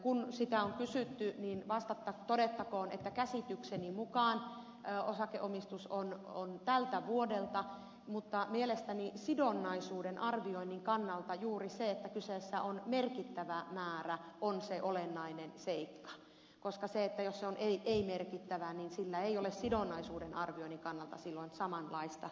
kun sitä on kysytty niin todettakoon että käsitykseni mukaan osakeomistus on tältä vuodelta mutta mielestäni sidonnaisuuden arvioinnin kannalta juuri se että kyseessä on merkittävä määrä on se olennainen seikka koska jos se on ei merkittävä sillä ei ole sidonnaisuuden arvioinnin kannalta silloin samanlaista merkitystä